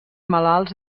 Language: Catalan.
malalts